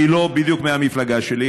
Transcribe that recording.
והיא לא בדיוק מהמפלגה שלי,